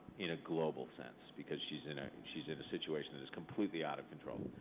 in a global sense, because she's in ah she's in a situation that is completely out of control.